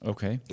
Okay